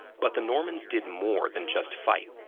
but the normans did more than just fight.